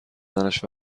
بدنش